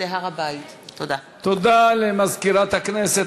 הודעה למזכירת הכנסת.